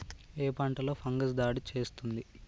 ఏ పంటలో ఫంగస్ దాడి చేస్తుంది?